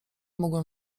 mogłem